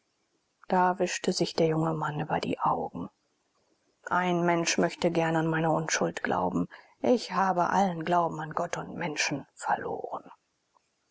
da wischte sich der junge mann über die augen ein mensch möchte gern an meine unschuld glauben ich habe allen glauben an gott und menschen verloren